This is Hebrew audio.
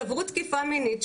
שעברו תקיפה מינית,